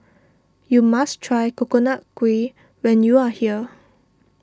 you must try Coconut Kuih when you are here